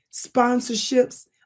sponsorships